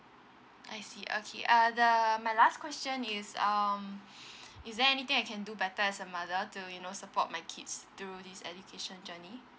I see okay uh the my last question is um is there anything I can do better as a mother to you know support my kids through this education journey